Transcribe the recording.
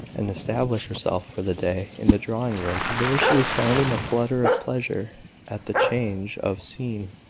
and establish herself for the day in the drawing-room. there she was found in a flutter of pleasure at the change of scene.